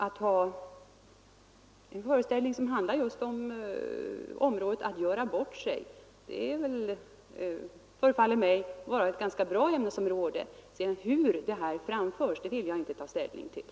179 En föreställning som handlar just om att göra bort sig förefaller mig vara ett ganska bra ämnesområde, men hur det framförs vill jag inte ta ställning till.